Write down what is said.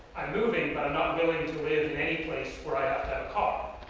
i'm moving, but i'm not willing to live in any place where i have to call.